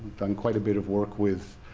done quite a bit of work with